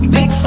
Big